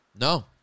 No